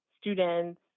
students